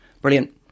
brilliant